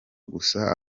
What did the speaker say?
gusa